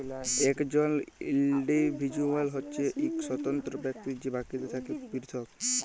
একজল ইল্ডিভিজুয়াল হছে ইক স্বতন্ত্র ব্যক্তি যে বাকিদের থ্যাকে পিরথক